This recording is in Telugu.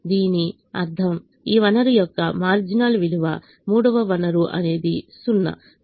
దీని అర్థం ఈ వనరు యొక్క మార్జినల్ విలువ మూడవ వనరు అనేది 0